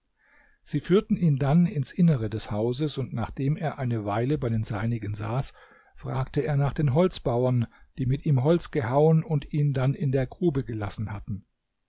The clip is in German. sie führten ihn dann ins innere des hauses und nachdem er eine weile bei den seinigen saß fragte er nach den holzhauern die mit ihm holz gehauen und ihn dann in der grube gelassen hatten